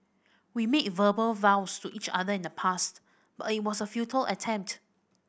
we made verbal vows to each other in the past but it was a futile attempt